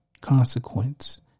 consequence